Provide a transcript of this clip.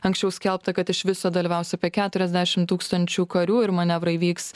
anksčiau skelbta kad iš viso dalyvaus apie keturiasdešimt tūkstančių karių ir manevrai vyks